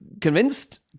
convinced